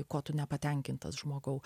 ko tu nepatenkintas žmogau